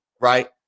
right